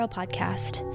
podcast